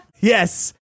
Yes